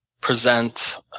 present